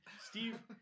Steve